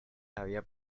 había